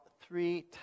three